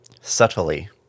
subtly